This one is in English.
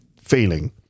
feeling